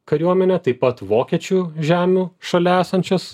kariuomenę taip pat vokiečių žemių šalia esančias